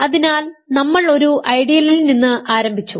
അതിനാൽ നമ്മൾ ഒരു ഐഡിയലിൽ നിന്ന് ആരംഭിച്ചു